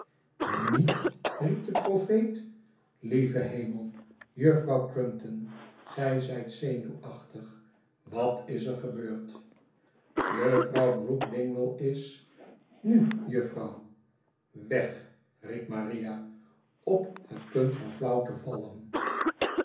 niet riep de profeet lieve hemel juffrouw crumpton gij zijt zenuwachtig wat is er gebeurd juffrouw brook dingwall is nu juffrouw wegf riep maria op het punt van